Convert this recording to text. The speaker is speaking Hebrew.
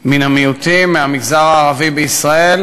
מן המיעוטים, מהמגזר הערבי בישראל,